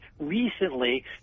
recently